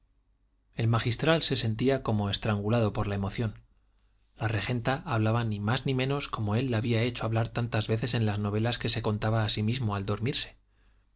el magistral se sentía como estrangulado por la emoción la regenta hablaba ni más ni menos como él la había hecho hablar tantas veces en las novelas que se contaba a sí mismo al dormirse